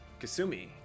Kasumi